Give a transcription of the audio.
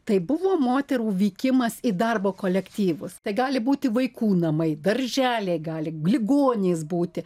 tai buvo moterų vykimas į darbo kolektyvus tai gali būti vaikų namai darželiai gali ligoninės būti